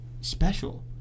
Special